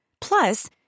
Plus